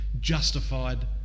justified